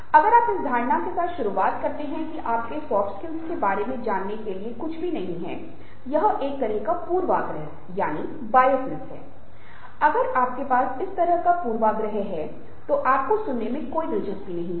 अगर आप इस धारणा के साथ शुरुआत करते हैं कि आपके पास सॉफ्ट स्किल्स के बारे में जानने के लिए कुछ भी नहीं है अब यह एक तरह का पूर्वाग्रह है अगर आपके पास इस तरह का पूर्वाग्रह है तो आपको सुनने में कोई दिलचस्पी नहीं होगी